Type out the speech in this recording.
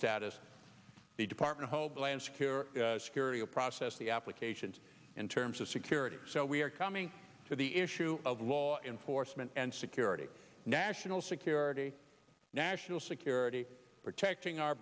status the department homeland security security a process the applications in terms of security so we are coming to the issue of law enforcement and security national security national security protecting our